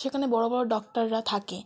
সেখানে বড় বড় ডক্টররা থাকে